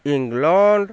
England